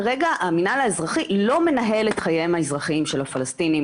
כרגע המינהל האזרחי לא מנהל את חייהם האזרחיים של הפלסטינים